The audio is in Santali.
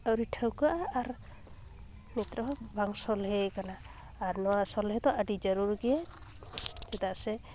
ᱟᱹᱣᱨᱤ ᱴᱷᱟᱹᱣᱠᱟᱹᱜᱼᱟ ᱟᱨ ᱱᱤᱛ ᱨᱮᱦᱚᱸ ᱵᱟᱝ ᱥᱚᱞᱦᱮ ᱟᱠᱟᱱᱟ ᱟᱨ ᱱᱚᱣᱟ ᱥᱚᱞᱦᱮ ᱫᱚ ᱟᱹᱰᱤ ᱡᱟᱹᱨᱩᱲ ᱜᱮᱭᱟ ᱪᱮᱫᱟᱜ ᱥᱮ